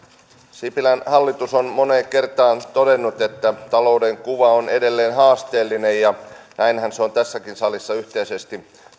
sipilän hallitus on moneen kertaan todennut että talouden kuva on edelleen haasteellinen ja näinhän se on tässäkin salissa yhteisesti